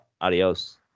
Adios